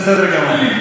בסדר גמור.